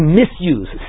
misuse